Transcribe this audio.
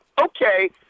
okay